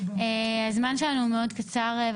הזמן שלנו מאוד קצר,